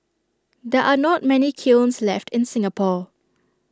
there are not many kilns left in Singapore